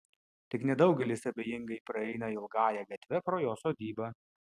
tik nedaugelis abejingai praeina ilgąja gatve pro jo sodybą